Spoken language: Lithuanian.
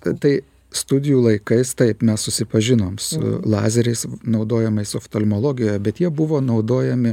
tatai studijų laikais taip mes susipažinome su lazeriais naudojamais oftalmologijoje bet jie buvo naudojami